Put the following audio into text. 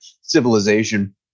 civilization